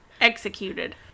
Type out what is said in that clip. executed